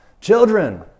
Children